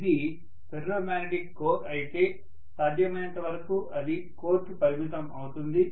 ఇది ferromagnetic core అయితే సాధ్యమైనంతవరకు అది కోర్ కి పరిమితం అవుతుంది